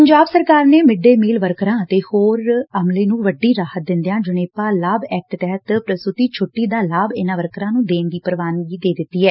ਪੰਜਾਬ ਸਰਕਾਰ ਨੇ mid day meal ਵਰਕਰਾਂ ਅਤੇ ਹੋਰ ਅਮਲੇ ਨੂੰ ਵੱਡੀ ਰਾਹਤ ਦਿੰਦਿਆਂ ਜਣੇਪਾ ਲਾਭ ਐਕਟ ਤਹਿਤ ਪ੍ਸੂਤੀ ਛੁੱਟੀ ਦਾ ਲਾਭ ਇਨ੍ਹਾਂ ਵਰਕਰਾਂ ਨੂੰ ਦੇਣ ਦੀ ਪ੍ਵਾਨਗੀ ਦੇ ਦਿੱਤੀ ਏ